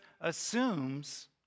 assumes